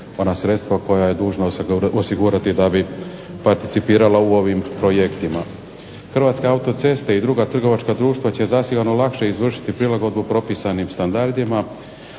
ona sredstva koja je dužna osigurati da bi participirala u ovim projektima. Hrvatske autoceste i druga trgovačka društva će zasigurno lakše izvršiti prilagodbu propisanim standardima,